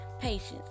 patience